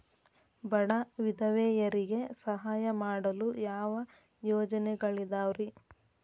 ಬಡ ವಿಧವೆಯರಿಗೆ ಸಹಾಯ ಮಾಡಲು ಯಾವ ಯೋಜನೆಗಳಿದಾವ್ರಿ?